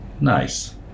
Nice